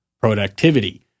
productivity